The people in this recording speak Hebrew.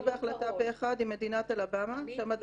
בהחלטה פה אחד היא מדינת אלבאמה -- עמית,